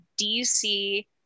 dc